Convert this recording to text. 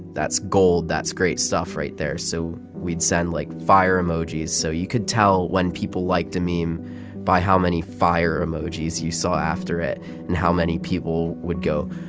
that's gold. that's great stuff right there. so we'd send, like, fire emojis so you could tell when people liked a meme by how many fire emojis you saw after it and how many people would go,